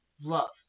love